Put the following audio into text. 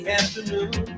afternoon